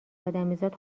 ادمیزاد